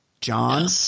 John